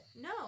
No